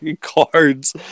Cards